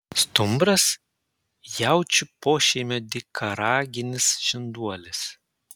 stumbras jaučių pošeimio dykaraginis žinduolis